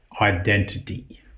identity